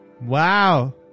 wow